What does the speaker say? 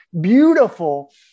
beautiful